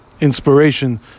inspiration